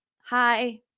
hi